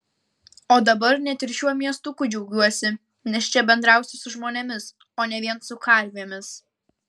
o dabar net ir šiuo miestuku džiaugiuosi nes čia bendrausiu su žmonėmis o ne vien su karvėmis